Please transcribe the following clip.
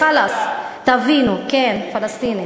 חלאס, תבינו, כן, פלסטינים.